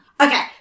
Okay